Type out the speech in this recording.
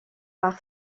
par